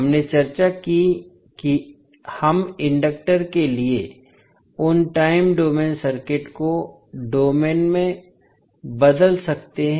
हमने चर्चा की कि हम इंडक्टर के लिए उन टाइम डोमेन सर्किट को डोमेन में बदल सकते हैं